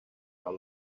her